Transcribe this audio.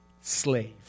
slave